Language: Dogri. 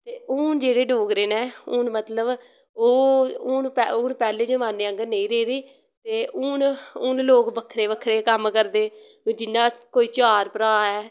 ते हून जेह्ड़े डोगरे नै हून मतलब ओह् हून ओह् पैह्ले जमाने आंगर नेईं राह् दे ते हून हून लोग बक्खरे बक्खरे कम्म करदे जियां कोई चार भ्राह् ऐ